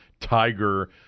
Tiger